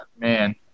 man